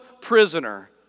prisoner